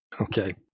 Okay